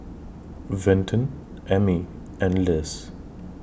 Vinton Emmy and Liz